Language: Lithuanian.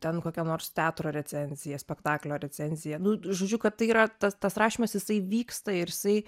ten kokią nors teatro recenziją spektaklio recenziją nu žodžiu kad tai yra tas tas rašymas jisai vyksta ir jisai